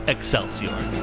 Excelsior